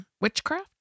Witchcraft